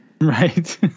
Right